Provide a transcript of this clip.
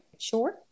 Sure